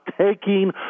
taking